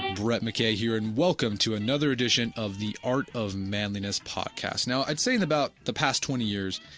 brett mckay here and welcome to another edition of the art of manliness podcast. now, i had seen about the past twenty years,